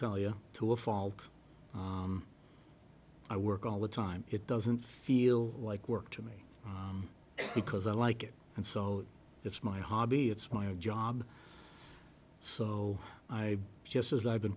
tell you to a fault i work all the time it doesn't feel like work to me because i like it and so it's my hobby it's my job so i just as i've been